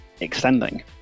extending